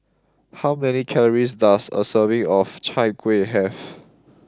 how many calories does a serving of Chai Kueh have